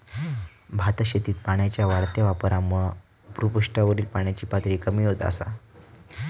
भातशेतीत पाण्याच्या वाढत्या वापरामुळा भुपृष्ठावरील पाण्याची पातळी कमी होत असा